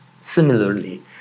similarly